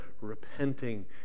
repenting